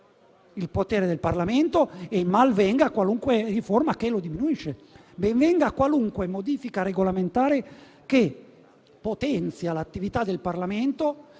il potere del Parlamento e mal venga qualunque riforma che lo diminuisce; ben venga qualunque modifica regolamentare che potenzia l'attività del Parlamento,